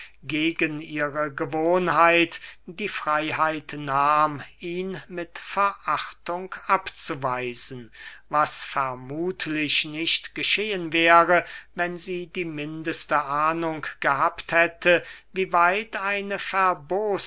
gegen ihre gewohnheit die freyheit nahm ihn mit verachtung abzuweisen was vermuthlich nicht geschehen wäre wenn sie die mindeste ahnung gehabt hätte wie weit eine